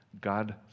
God